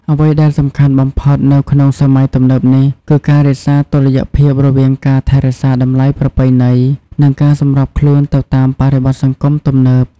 អ្វីដែលសំខាន់បំផុតនៅក្នុងសម័យទំនើបនេះ គឺការរក្សាតុល្យភាពរវាងការថែរក្សាតម្លៃប្រពៃណី និងការសម្របខ្លួនទៅតាមបរិបទសង្គមទំនើប។